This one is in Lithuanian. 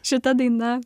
šita daina